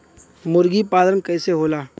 मुर्गी पालन कैसे होला?